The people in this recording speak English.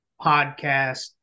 podcast